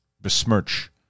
besmirch